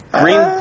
Green